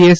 S